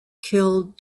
killed